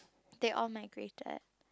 they all migrated